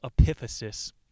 epiphysis